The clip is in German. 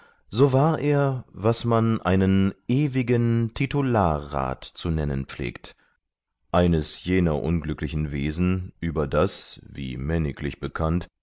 so war er was man einen ewigen titularrat zu nennen pflegt eines jener unglücklichen wesen über das wie männglich bekannt